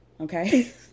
okay